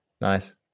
nice